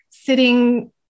sitting